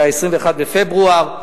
ב-21 בפברואר.